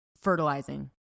fertilizing